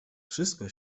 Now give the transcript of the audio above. wszystko